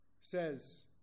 says